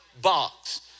box